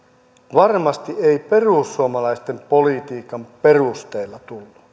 varmasti ei perussuomalaisten politiikan perusteella